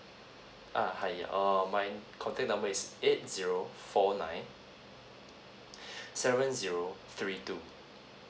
ah hi um my contact number is eight zero four nine seven zero three two